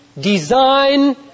design